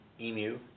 Emu